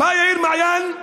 בא יאיר מעיין,